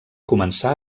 començar